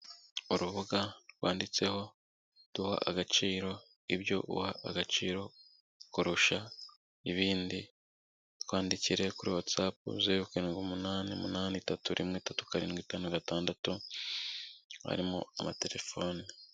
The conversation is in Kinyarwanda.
Urubuga rwanditseho duha agaciro ibyo uha agaciro kurusha ibindi, twandikire kuri Whatsapp zeru karindwi, umunani, umunani, itatu rimwe, itatu karindwi, itanu gatandatu, harimo amatelefone.